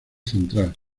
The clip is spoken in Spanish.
central